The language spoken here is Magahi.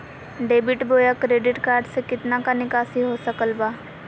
डेबिट बोया क्रेडिट कार्ड से कितना का निकासी हो सकल बा?